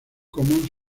común